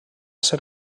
ser